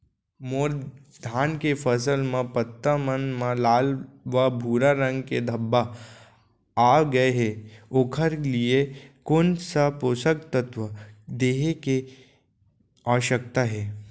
मोर धान के फसल म पत्ता मन म लाल व भूरा रंग के धब्बा आप गए हे ओखर लिए कोन स पोसक तत्व देहे के आवश्यकता हे?